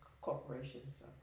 corporations